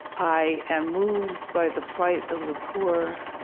i am moved by the plight of the poor.